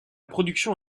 production